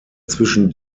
zwischen